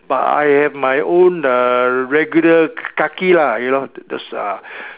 but I have my own uh regular kaki lah you know those ah